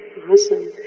Awesome